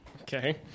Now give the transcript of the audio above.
Okay